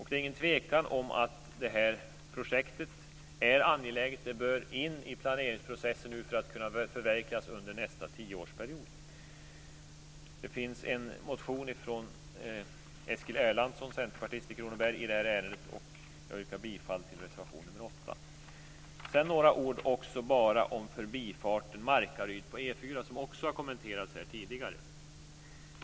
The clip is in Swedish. Det är ingen tvekan om att detta projekt är angeläget. Det bör in i planeringsprocessen nu för att kunna förverkligas under nästa tioårsperiod. Det finns en motion från Eskil Erlandsson, centerpartist från Kronoberg, i detta ärende, och jag yrkar därmed bifall till reservation 8. Sedan vill jag säga några ord om förbifarten Markaryd på E 4, som också har kommenterats här tidigare.